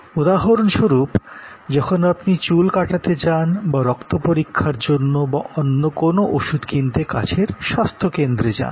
উদাহরণস্বরূপ যখন আপনি চুল কাটাতে যান বা রক্ত পরীক্ষার জন্য বা কোনো ওষুধ কিনতে কাছের স্বাস্থ্যকেন্দ্রে যান